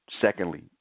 Secondly